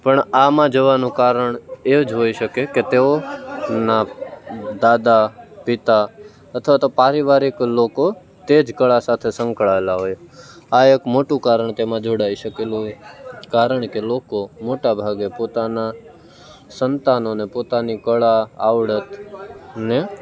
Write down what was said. પણ આમાં જવાનું કારણ એ જ હોઈ શકે કે તેઓ ના દાદા પિતા અથવા તો પારિવારિક લોકો તે જ કળા સાથે સંકળાયેલા હોય આ એક મોટું કારણ તેમાં જોડાઈ શકેનું હોય કારણ કે લોકો મોટા ભાગે પોતાના સંતાનોને પોતાની કલા આવડતને